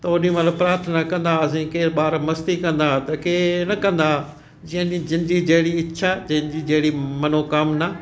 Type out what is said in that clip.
त ओॾीमहिल प्रार्थना कंदा हुआसीं केर ॿार मस्ती कंदा हुआ त केर न कंदा जंहिंजी जंहिंजी जहिड़ी इछा जंहिंजी जहिड़ी मनोकामना